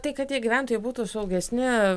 tai kad tie gyventojai būtų saugesni